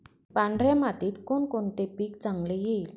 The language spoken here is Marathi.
पांढऱ्या मातीत कोणकोणते पीक चांगले येईल?